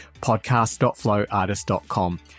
podcast.flowartist.com